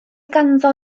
ganddo